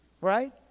right